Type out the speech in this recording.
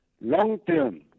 long-term